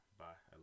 bye